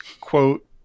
quote